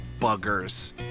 buggers